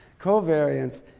Covariance